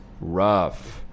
rough